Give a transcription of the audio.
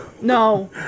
No